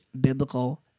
biblical